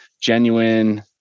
genuine